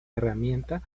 herramienta